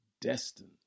destined